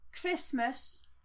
Christmas